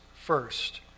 first